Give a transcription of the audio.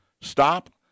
stop